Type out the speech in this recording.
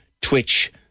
Twitch